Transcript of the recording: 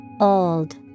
Old